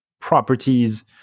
Properties